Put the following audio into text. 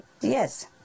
yes